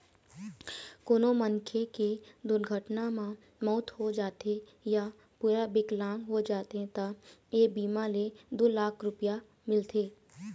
कोनो मनखे के दुरघटना म मउत हो जाथे य पूरा बिकलांग हो जाथे त ए बीमा ले दू लाख रूपिया मिलथे